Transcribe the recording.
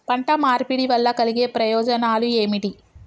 పంట మార్పిడి వల్ల కలిగే ప్రయోజనాలు ఏమిటి?